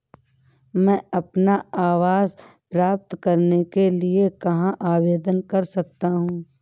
मैं अपना आवास प्राप्त करने के लिए कहाँ आवेदन कर सकता हूँ?